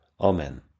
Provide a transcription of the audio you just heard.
Amen